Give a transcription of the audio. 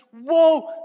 Whoa